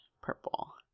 purple